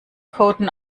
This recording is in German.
coden